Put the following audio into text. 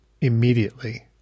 immediately